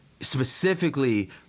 specifically